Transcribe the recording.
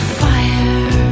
fire